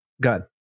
good